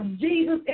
Jesus